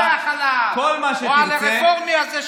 בוא נראה אותך צורח עליו או על הרפורמי הזה,